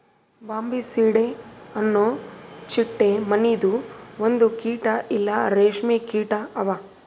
Bombycidae ಅನೊ ಚಿಟ್ಟೆ ಮನಿದು ಒಂದು ಕೀಟ ಇಲ್ಲಾ ರೇಷ್ಮೆ ಕೀಟ ಅವಾ